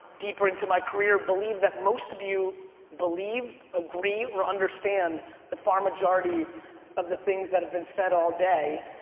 deeper into my career, believe that most of you believe, agree, or understand the far majority of the things that have been said all day.